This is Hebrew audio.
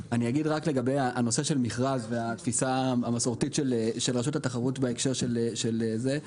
הנושא של מכרז והתפיסה המסורתית של רשות התחרות בהקשר הזה,